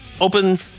open